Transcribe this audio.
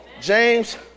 James